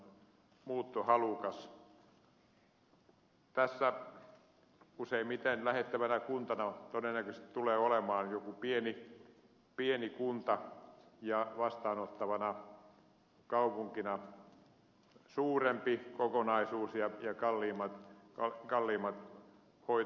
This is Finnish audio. tässä useimmiten lähettävänä kuntana todennäköisesti tulee olemaan joku pieni kunta ja vastaanottavana kaupunkina suurempi kokonaisuus jossa on kalliimmat hoitokustannukset